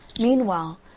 Meanwhile